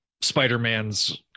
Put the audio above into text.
Spider-Man's